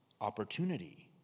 Opportunity